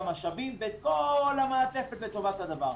מעמידים את המשאבים ואת כל המעטפת לטובת הדבר.